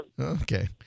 okay